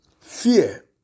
fear